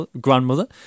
grandmother